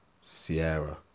Sierra